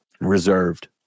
reserved